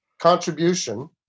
contribution